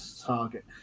target